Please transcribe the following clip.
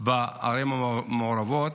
בערים המעורבות.